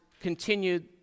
continued